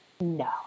No